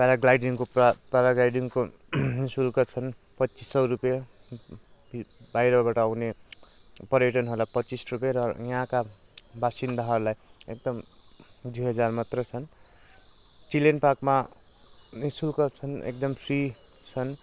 प्याराग्लाइडिङको पुरा प्याराग्लाइडिङको शुल्क छन् पच्चिस सय रुपियाँ बाहिरबाट आउने पर्यटनहरूलाई पच्चिस रुपियाँ र यहाँका बासिन्दाहरूलाई एकदम दुई हजार मात्र छन् चिल्ड्रेन पार्कमा निशुल्क छन् एकदम फ्री छन्